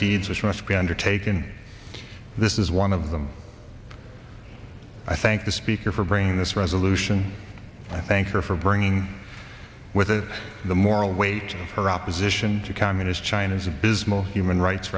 deeds which must be undertaken this is one of them i thank the speaker for bringing this resolution i thank her for bringing with it the moral weight of her opposition to communist china's abysmal human rights